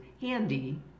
handy